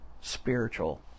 spiritual